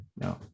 no